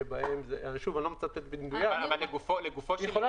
אדוני היושב-ראש,